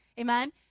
Amen